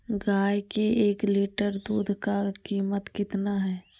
गाय के एक लीटर दूध का कीमत कितना है?